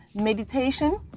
meditation